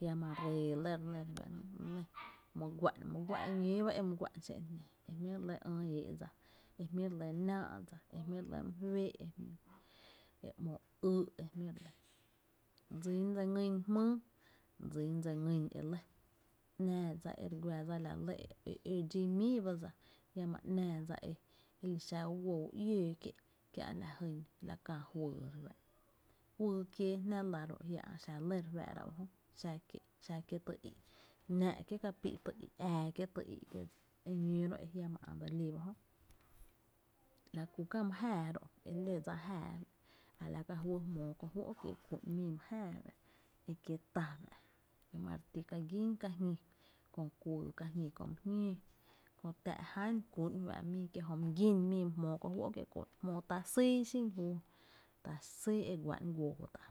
jiama ree lɇ re nɇ re fáá’ra jö, re nɇ my gu´’n e ñóo ba e my guá’n xé’n jnää e jmí re lɇ ÿ’ éé’ dsa e jmí’ re lɇ náá’ dsa e jmí’ re lɇ my féé’ e jmí’ re lɇ ‘mo ýy’ e jmí’ re lɇ. Dsín dse ngÿ’ jmýy dsi dse ngýn elɇ, ‘náá dsa e re guä dsa e la lɇ e ǿ dxí míi ba dsa, jiama ‘nⱥⱥ dsa e li xa u guo u iöö kié’ kiä’ lajyn la kää juyy re fáá’ra, juyy kiera jná la ro’ a jiä’ ä’ xa lɇ re fáá’ra ujö, xa kie’ xa kié tý í’, náá’ kie’ kapíi’ tý í’, ää kiee’ ka pí’ tý í’ kiee’ dsa e ñóo ro e jiama ä’ dselí ba jö, la ku kä my jáaá ró, e ló dsa jáaá a la ka juý jmoo kó juó’ kiee’ kú’n mii mý jáaá fá’ e kiee’ tá’ fa’ e mare ti ka gín ka jñí köö kuyy ka jñí köö my jñóó kö tⱥⱥ’ ján kú’n fá’ mii kie’ jö my gín mii jmóó ko juó’ kiee’ kú’n jmóo ta sýý xin júu jö, ta sýy e gua’n guoo tá’